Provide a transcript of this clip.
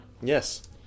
Yes